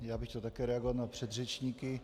Já bych chtěl také reagovat na předřečníky.